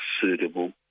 suitable